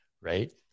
Right